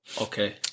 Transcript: Okay